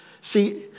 See